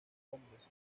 hombres